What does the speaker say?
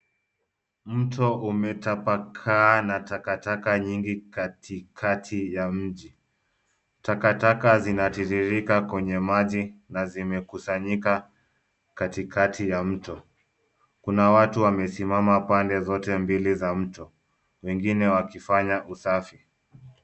Mto umetapakaa na takataka nyingi katikati ya mji. Takataka zinatiririka kwenye maji na zimekusanyika katikati ya mto. Kuna watu wamesimama pande zote mbili za mto wengine wakifanya usafi.